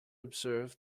observe